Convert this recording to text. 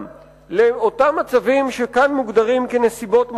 לאותם מצבים שכאן מוגדרים כנסיבות מחמירות,